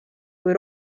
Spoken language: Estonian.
kui